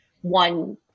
one